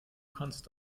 kannst